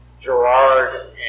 Gerard